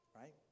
Right